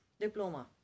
diploma